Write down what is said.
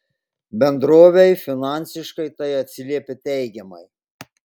bendrovei finansiškai tai atsiliepė teigiamai